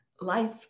life